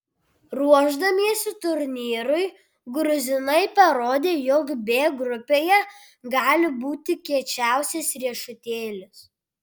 ruošdamiesi turnyrui gruzinai parodė jog b grupėje gali būti kiečiausias riešutėlis